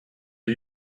are